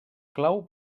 clau